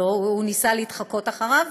לא, הוא ניסה להתחקות אחריו.